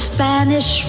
Spanish